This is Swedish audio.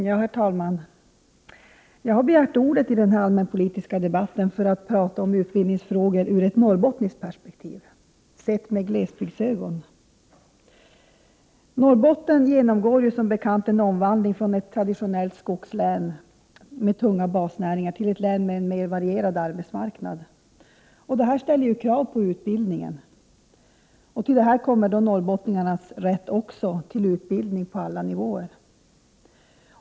Herr talman! Jag har begärt ordet i denna allmänpolitiska debatt för att tala om utbildningsfrågor ur ett norrbottniskt perspektiv, sett med glesbygdsögon. Norrbotten genomgår som bekant en omvandling från ett traditionellt skogslän med tunga basnäringar till ett län med en mer varierad arbetsmarknad. Det ställer krav på utbildningen. Till detta kommer norrbottningarnas rätt till utbildning på alla nivåer.